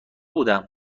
بودم